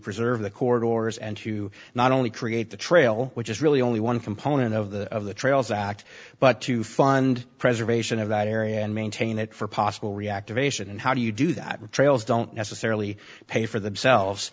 preserve the corridors and to not only create the trail which is really only one component of the of the trails act but to fund preservation of that area and maintain it for possible reactivation and how do you do that with trails don't necessarily pay for themselves